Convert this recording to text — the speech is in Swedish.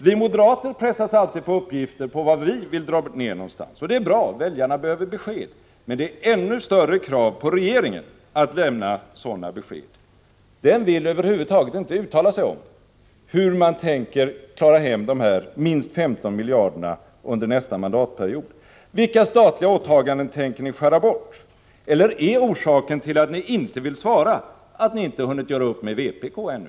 Vi moderater pressas alltid på uppgifter om var vi vill dra ned någonstans. Det är bra, väljarna behöver besked. Men det är ännu större krav på regeringen att lämna sådana besked. Den vill över huvud taget inte uttala sig om hur man tänker klara hem de minst 15 miljarderna under nästa mandatperiod. Vilka statliga åtaganden tänker ni skära bort? Är orsaken till att ni inte vill svara att ni inte hunnit göra upp med vpk ännu?